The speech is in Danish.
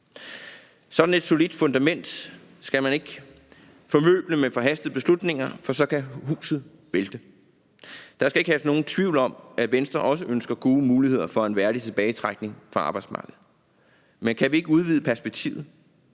Sådan et solidt fundament skal man ikke formøble med forhastede beslutninger, for så kan huset vælte. Der skal ikke herske nogen tvivl om, at Venstre også ønsker gode muligheder for en værdig tilbagetrækning fra arbejdsmarkedet. Men kan vi ikke udvide perspektivet?